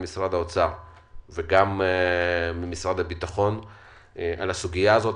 ממשרד האוצר וממשרד הביטחון לגבי הסוגיה הזאת.